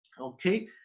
okay